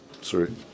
Sorry